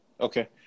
okay